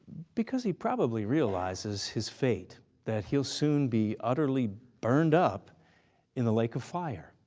because he probably realizes his fate that he'll soon be utterly burned up in the lake of fire.